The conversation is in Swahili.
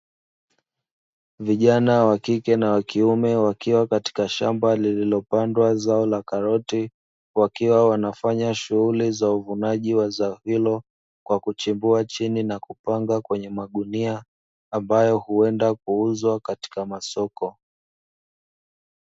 Vijana wa kike na wa kiume wakiwa katika shamba lililopandwa zao la karoti, wakiwa wanafanya shughuli za uvunaji wa zao hilo kwa kuchimbua chini na kupanga kwenye magunia ambayo huenda kuuzwa katika masoko.